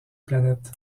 planète